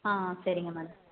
சரிங்க மேடம்